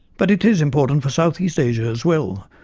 but it is important for south east asia as well,